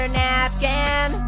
napkin